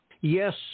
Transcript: Yes